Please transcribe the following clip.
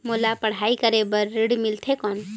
मोला पढ़ाई करे बर ऋण मिलथे कौन?